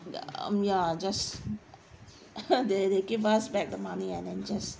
err um ya just they they give us back the money and then just